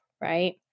right